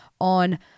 on